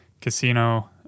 casino